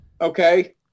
Okay